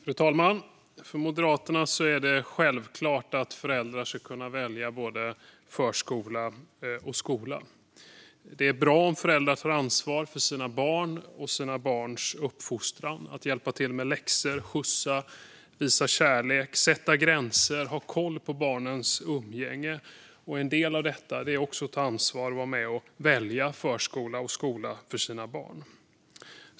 Fru talman! För Moderaterna är det självklart att föräldrar ska kunna välja både förskola och skola. Det är bra om föräldrar tar ansvar för sina barn och deras uppfostran - hjälper till med läxor, skjutsar, visar kärlek, sätter gränser och har koll på barnens umgänge. En del av detta ansvar är också att vara med och välja förskola och skola för sina barn.